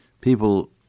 people